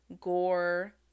gore